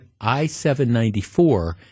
I-794